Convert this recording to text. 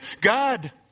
God